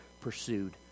pursued